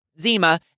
Zima